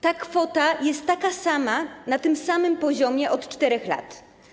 Ta kwota jest taka sama, na tym samym poziomie od 4 lat.